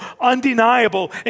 undeniable